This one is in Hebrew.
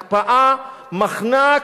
הקפאה, מחנק,